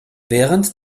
während